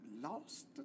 lost